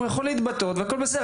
הוא יכול להתבטא והכול בסדר.